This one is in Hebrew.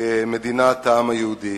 כמדינת העם היהודי.